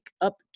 up